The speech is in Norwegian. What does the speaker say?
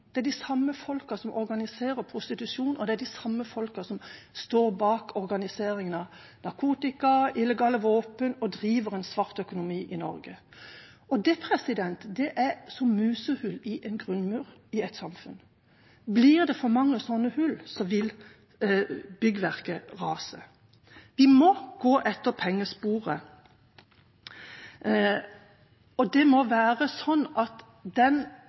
Det er de samme folkene som organiserer prostitusjon, og det er de samme folkene som står bak organiseringen av narkotika og illegale våpen og driver en svart økonomi i Norge. Det er som musehull i samfunnets grunnmur. Blir det for mange slike hull, vil byggverket rase. Vi må gå etter pengesporet, og den kriminaliteten som begås ute i hverdagsmiljøene, må settes inn i en større sammenheng, og virkemiddelapparatet må være slik at